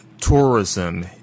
tourism